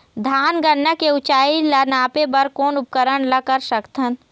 धान गन्ना के ऊंचाई ला नापे बर कोन उपकरण ला कर सकथन?